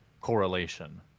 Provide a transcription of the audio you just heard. correlation